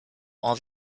all